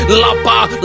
lapa